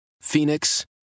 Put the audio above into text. Phoenix